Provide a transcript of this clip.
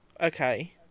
Okay